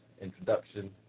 introduction